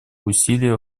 усилия